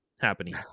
happening